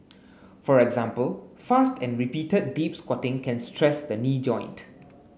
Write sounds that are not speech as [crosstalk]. [noise] for example fast and repeated deep squatting can stress the knee joint